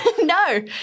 No